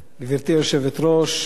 גברתי היושבת-ראש,